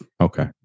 Okay